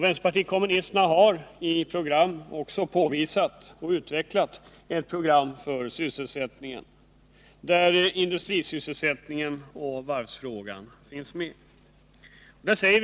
Vänsterpartiet kommunisterna har utvecklat ett program för sysselsättningen i Stockholmsregionen. Industrisysselsättningen och varvsfrågan finns med i programmet.